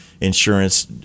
Insurance